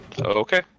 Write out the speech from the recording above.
Okay